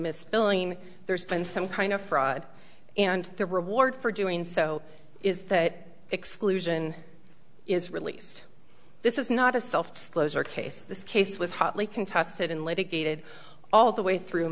billing there's been some kind of fraud and the reward for doing so is that exclusion is released this is not a soft slows our case this case was hotly contested in litigated all the way through